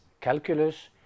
calculus